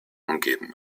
umgeben